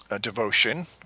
devotion